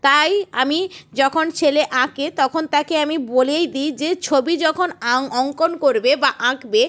তাই আমি যখন ছেলে আঁকে তখন তাকে আমি বলেই দিই যে ছবি যখন আং অঙ্কন করবে বা আঁকবে